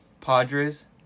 Padres